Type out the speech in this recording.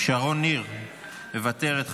מוותרת,